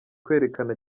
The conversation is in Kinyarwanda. kwerekana